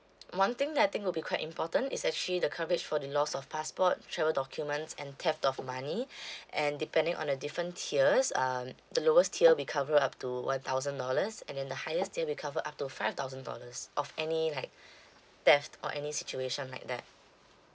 one thing that I think will be quite important is actually the coverage for the lost of passport travel documents and theft of money and depending on the different tiers um the lowest tier we cover up to one thousand dollars and then the highest tier we cover up to five thousand dollars off any like theft or any situation like that